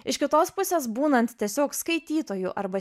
iš kitos pusės būnant tiesiog skaitytoju arba